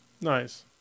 Nice